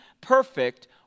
perfect